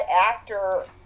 actor